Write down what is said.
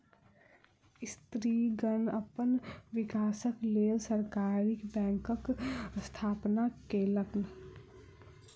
स्त्रीगण अपन विकासक लेल सहकारी बैंकक स्थापना केलैन